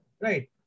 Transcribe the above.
right